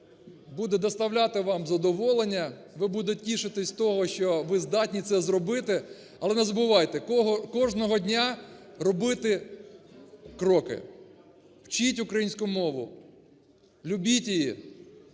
буде доставляти вам задоволення. Ви будете тішитись того, що ви здатні це зробити. Але не забувайте, кожного дня робити кроки. Вчіть українську мову. Любіть її.